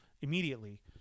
immediately